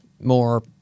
more